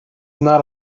not